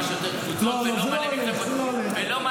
שיותר קבוצות ולא הרבה מאוד מפלגות -- לא,